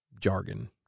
jargon